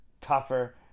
tougher